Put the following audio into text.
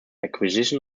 acquisition